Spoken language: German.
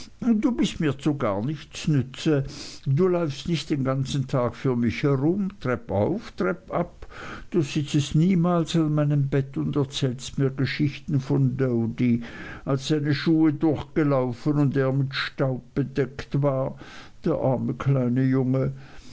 du bist mir zu gar nichts nütze du läufst nicht den ganzen tag für mich herum treppauf treppab du sitzest niemals an meinem bett und erzählst mir geschichten von doady als seine schuhe durchgelaufen und er mit staub bedeckt war der arme kleine junge